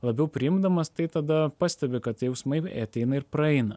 labiau priimdamas tai tada pastebi kad jausmai ateina ir praeina